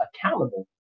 accountable